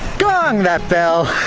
gong that bell!